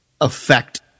affect